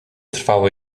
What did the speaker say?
trwało